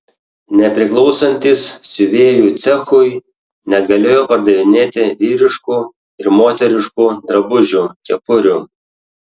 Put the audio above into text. nepriklausantys siuvėjų cechui negalėjo pardavinėti vyriškų ir moteriškų drabužių kepurių